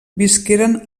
visqueren